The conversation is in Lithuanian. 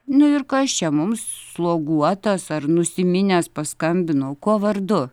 nu ir kas čia mums sloguotas ar nusiminęs paskambino kuo vardu